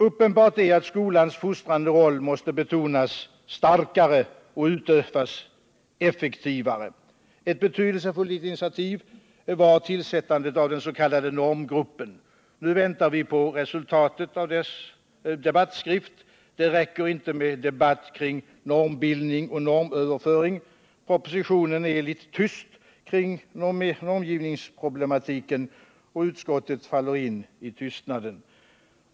Uppenbart är att skolans fostrande roll måste betonas starkare och utövas effektivare. Ett betydelsefullt initiativ var tillsättandet av den s.k. normgruppen. Nu väntar vi på resultatet av dess debattskrift. Det räcker inte med debatt om normbildning och normöverföring. Propositionen är litet tyst om normgivningsproblematiken, och utskottet faller in i tystnaden.